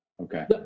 Okay